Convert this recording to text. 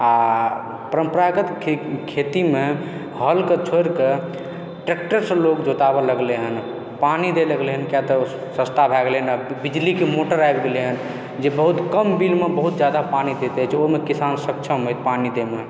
आ परम्परागत खेतीमे हलकऽ छोड़िके ट्रेक्टरसँ लोग जोताबऽ लगलय हन पानि दए लगलय हन किया तऽ सस्ता भए गेलि हन बिजलीकेँ मोटर आबि गेलय हन जे बहुत कम बिलमे बहुत जादा पानि दैत अछि ओहिमे किसान सक्षम अछि